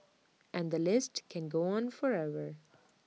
and the list can go on forever